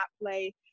play